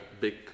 big